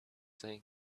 saying